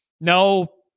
no